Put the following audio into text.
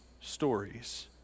Stories